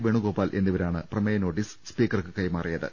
വേണുഗോപാൽ എന്നിവ രാണ് പ്രമേയ നോട്ടീസ് സ്പീക്കർക്ക് കൈമാറിയത്